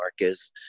Marcus